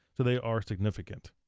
so they are significant.